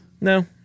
No